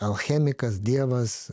alchemikas dievas